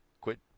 quit